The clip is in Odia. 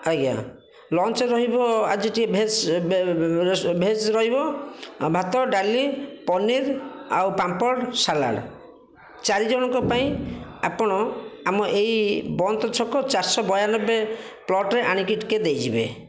ଆଜ୍ଞା ଲଞ୍ଚରେ ରହିବ ଆଜି ଟିକେ ଭେଜ ଭେଜ ରହିବ ଭାତ ଡାଲି ପନିର ଆଉ ପାମ୍ପଡ଼ ସାଲାଡ଼ ଚାରି ଜଣଙ୍କ ପାଇଁ ଆପଣ ଆମ ଏହି ବନ୍ତ ଛକ ଚାରିଶହ ବୟାନବେ ପ୍ଲଟରେ ଆଣିକି ଟିକେ ଦେଇ ଯିବେ